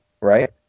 Right